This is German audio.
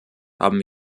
haben